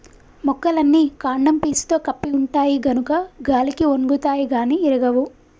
మొక్కలన్నీ కాండం పీసుతో కప్పి ఉంటాయి గనుక గాలికి ఒన్గుతాయి గాని ఇరగవు